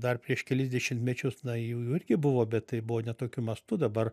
dar prieš kelis dešimtmečius na jų jų irgi buvo bet tai buvo ne tokiu mastu dabar